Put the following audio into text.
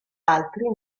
altri